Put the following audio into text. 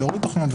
להוריד תוכניות,